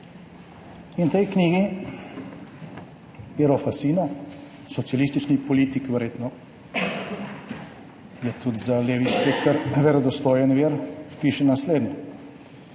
In v tej knjigi Piero Fassino, socialistični politik, verjetno je tudi za levi spekter verodostojen vir, piše naslednje: